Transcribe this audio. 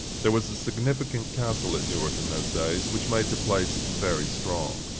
there was a magnificent castle at newark in those days, which made the place very strong.